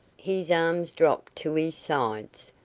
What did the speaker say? his arms dropped to his sides,